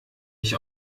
ich